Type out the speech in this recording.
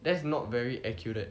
that's not very accurate